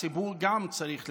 הציבור גם צריך לתמוך.